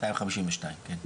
מאתיים חמישים ושניים, כן.